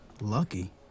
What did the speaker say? Lucky